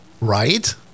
Right